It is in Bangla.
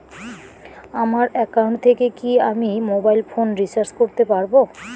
আমার একাউন্ট থেকে কি আমি মোবাইল ফোন রিসার্চ করতে পারবো?